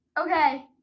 Okay